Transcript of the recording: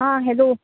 आं हॅलो